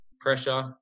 pressure